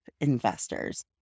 investors